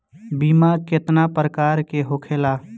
बीमा केतना प्रकार के होखे ला?